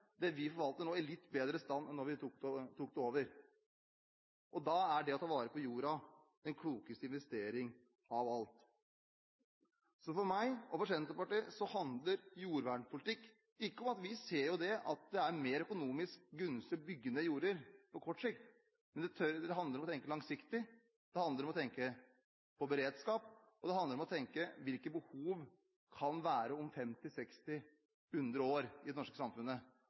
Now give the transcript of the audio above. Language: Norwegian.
det vi nå forvalter, i litt bedre stand enn da vi tok over. Da er det å ta vare på jorda den klokeste investering av alt. For meg og Senterpartiet handler jordvernpolitikk ikke om at det er mer økonomisk gunstig å bygge ned jorder på kort sikt, men det handler om å tenke langsiktig, om beredskap og om hvilke behov det kan være i det norske samfunnet om 50, 60 eller 100 år. Vi vet at det kommer til å